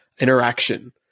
interaction